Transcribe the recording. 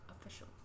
official